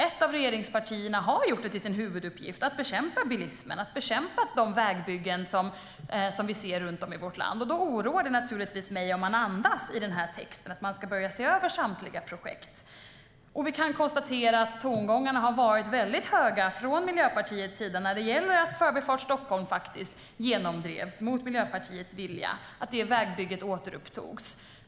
Ett av regeringspartierna har gjort till sin huvuduppgift att bekämpa bilismen och att bekämpa de vägbyggen som vi ser runt om i vårt land. Då oroar det naturligtvis mig om texten andas att man ska börja se över samtliga projekt. Vi kan konstatera att tongångarna har varit höga från Miljöpartiets sida när det gäller att Förbifart Stockholm genomdrevs mot partiets vilja och att vägbygget återupptogs.